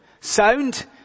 Sound